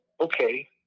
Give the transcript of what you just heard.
okay